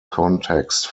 context